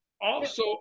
Also-